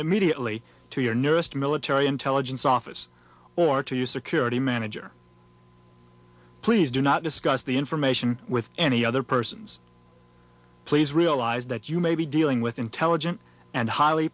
immediately to your nearest military intelligence office or to you security manager please do not discuss the information with any other persons please realize that you may be dealing with intelligent and highly